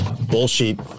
bullshit